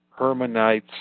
Hermonites